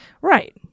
right